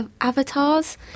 avatars